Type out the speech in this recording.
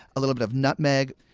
a little bit of nutmeg,